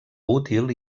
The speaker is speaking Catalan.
útil